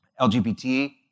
LGBT